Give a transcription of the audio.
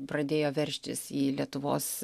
pradėjo veržtis į lietuvos